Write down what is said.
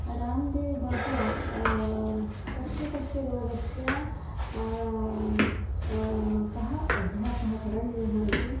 राम्देव् बाबा कस्य कस्य रोगस्य कः अभ्यासः करणीयः इति